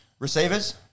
Receivers